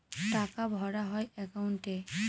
টাকা ভরা হয় একাউন্টে